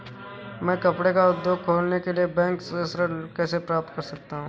मैं कपड़े का उद्योग खोलने के लिए बैंक से ऋण कैसे प्राप्त कर सकता हूँ?